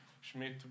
Schmidt